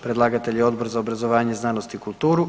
Predlagatelj je Odbor za obrazovanje, znanost i kulturu.